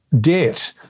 debt